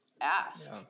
ask